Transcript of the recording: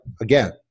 again